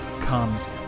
comes